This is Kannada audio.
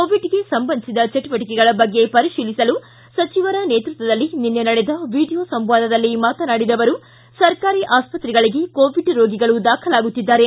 ಕೋವಿಡ್ಗೆ ಸಂಬಂಧಿಸಿದ ಚಟುವಟಿಕೆಗಳ ಬಗ್ಗೆ ಪರಿತೀಲಿಸಲು ಸಚಿವರ ನೇತೃತ್ವದಲ್ಲಿ ನಿನ್ನೆ ನಡೆದ ವೀಡಿಯೋ ಸಂವಾದದಲ್ಲಿ ಮಾತನಾಡಿದ ಅವರು ಸರ್ಕಾರಿ ಆಸ್ಪತ್ರೆಗಳಿಗೆ ಕೋವಿಡ್ ರೋಗಿಗಳು ದಾಖಲಾಗುತ್ತಿದ್ದಾರೆ